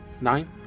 Nine